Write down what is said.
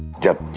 get